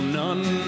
none